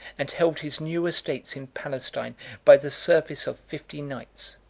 and held his new estates in palestine by the service of fifty knights.